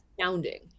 Astounding